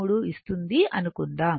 23 ఇస్తుంది అనుకుందాం